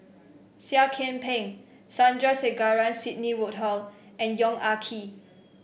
Seah Kian Peng Sandrasegaran Sidney Woodhull and Yong Ah Kee